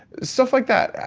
stuff like that.